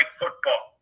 football